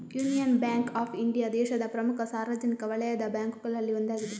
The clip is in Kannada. ಯೂನಿಯನ್ ಬ್ಯಾಂಕ್ ಆಫ್ ಇಂಡಿಯಾ ದೇಶದ ಪ್ರಮುಖ ಸಾರ್ವಜನಿಕ ವಲಯದ ಬ್ಯಾಂಕುಗಳಲ್ಲಿ ಒಂದಾಗಿದೆ